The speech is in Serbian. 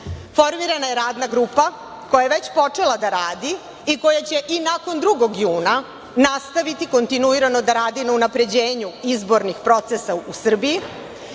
godine. Formirana je Radna grupa koja je već počela da radi i koja će i nakon 2. juna 2024. godine nastaviti kontinuirano da radi na unapređenju izbornih procesa u Srbiji,